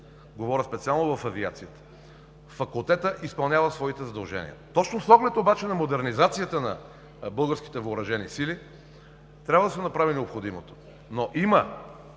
говоря специално за авиацията – факултетът изпълнява своите задължения. Точно с оглед обаче на модернизацията на българските въоръжени сили трябва да се направи необходимото. Има